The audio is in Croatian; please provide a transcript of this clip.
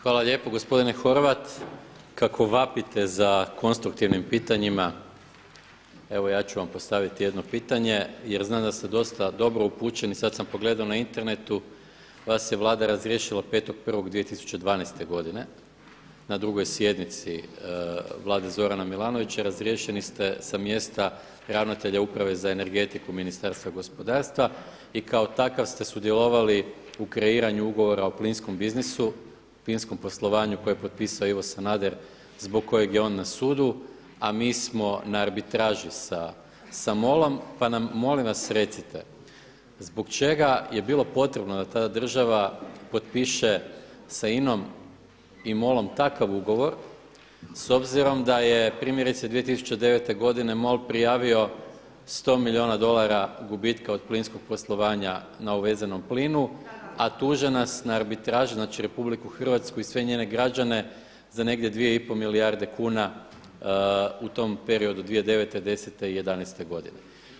Hvala lijepo gospodine Horvat, kako vapite za konstruktivnim pitanjima evo ja ću vam postaviti jedno pitanje jer znam da ste dosta dobro upućeni, sada sam pogledao na internetu, vas je Vlada razriješila 5.1.2012. godine na drugoj sjednici Vlade Zorana Milanovića, razriješeni ste sa mjesta ravnatelja uprave za energetiku Ministarstva gospodarstva i kao takav ste sudjelovali u kreiranju ugovora o plinskom biznisu, plinskom poslovanju koje je potpisao Ivo Sanader zbog kojeg je on na sudu a mi smo na arbitraži sa MOL-om pa nam molim vas recite zbog čega je bilo potrebno da ta država potpiše sa INA-om i MOL-om takav ugovor s obzirom da je primjerice 2009. godine MOL prijavio 100 milijuna dolara gubitka od plinskog poslovanja na uvezenom plinu a tuže nas na arbitraži, znači RH i sve njene građane za negdje 2,5 milijarde kuna u tom periodu 2009., 2010. i 2011. godine.